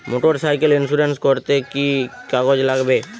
Motorcycle insurance করতে কি কি কাগজ লাগবে?